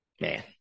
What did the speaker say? man